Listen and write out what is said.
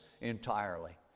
entirely